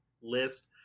list